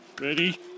Ready